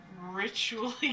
ritually